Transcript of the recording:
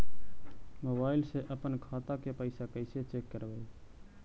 Mobile से अपन खाता के पैसा कैसे चेक करबई?